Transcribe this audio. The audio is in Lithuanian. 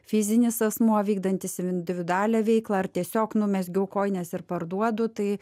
fizinis asmuo vykdantis individualią veiklą ar tiesiog numezgiau kojines ir parduodu tai